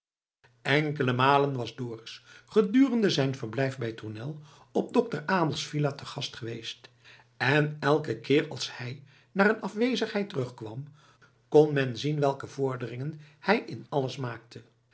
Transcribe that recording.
enkele malen was dorus gedurende zijn verblijf bij tournel op dokter abels villa te gast geweest en elken keer als hij na een afwezigheid terugkwam kon men zien welke vorderingen hij in alles maakte